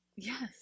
Yes